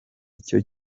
icyo